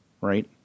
right